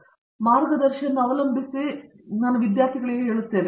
ರವೀಂದ್ರ ಗೆಟ್ಟು ಮಾರ್ಗದರ್ಶಿ ಅವಲಂಬಿಸಿ ನಾನು ವಿದ್ಯಾರ್ಥಿಗಳು ಹೇಳುತ್ತೇನೆ